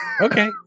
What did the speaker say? Okay